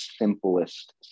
simplest